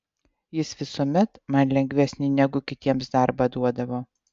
jis visuomet man lengvesnį negu kitiems darbą duodavo